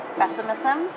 pessimism